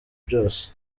vyose